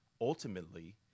ultimately